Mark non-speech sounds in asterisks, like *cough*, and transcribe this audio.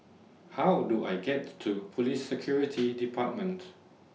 How Do I get to Police *noise* Security Command